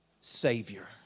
Savior